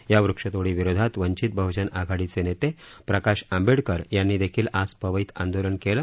या वृक्षतोडीविरोधात वंचित बहजन आघाडीचे नेते प्रकाश आंबेडकर यांनीदेखील आज पवईत आंदोलन केलं